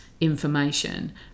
information